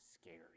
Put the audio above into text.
scary